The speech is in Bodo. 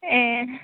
ए